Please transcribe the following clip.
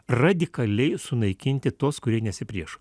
radikaliai sunaikinti tuos kurie nesipriešo